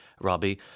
Robbie